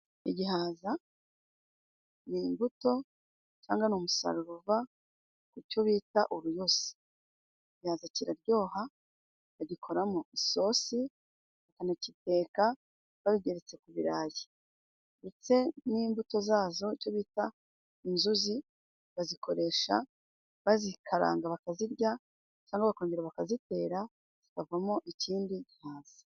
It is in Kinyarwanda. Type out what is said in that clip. Igihaza ni imbuto cyangwa ni umusaruro uva ku cyo bita uruyuzi. Igihaza kiraryoha, bagikoramo isosi, banagiteka babigeretse ku birarayi. Ndetse n'imbuto zazo icyo bita inzuzi, bazikoresha bazikaranga bakazirya, cyangwa bakongera bakazitera zikavamo ikindi gihaza.